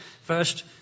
First